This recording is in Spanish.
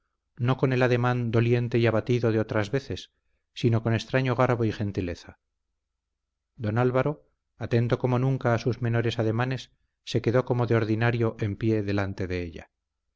no con el ademán doliente y abatido de otras veces sino con extraño garbo y gentileza don álvaro atento como nunca a sus menores ademanes se quedó como de ordinario en pie delante de ella